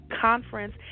conference